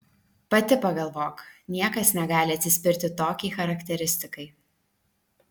pati pagalvok niekas negali atsispirti tokiai charakteristikai